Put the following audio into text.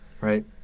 Right